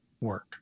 work